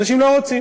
אנשים לא רוצים,